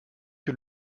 que